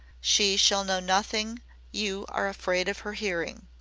she shall know nothing you are afraid of her hearing.